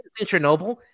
Chernobyl